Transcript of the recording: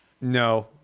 No